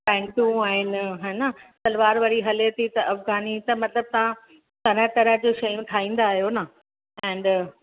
पैंटूं आहिनि हा न सलवार वरी हले थी त अफ़गानी त मतलबु तव्हां तरह तरह जूं शयूं ठाहींदा आहियो न एंड